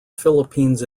philippines